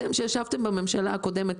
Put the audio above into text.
אתם שישבתם בממשלה הקודמת,